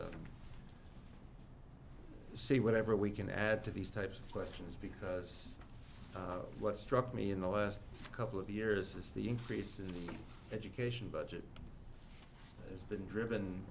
committee see whatever we can add to these types of questions because what struck me in the last couple of years is the increase in the education budget has been driven